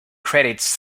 credits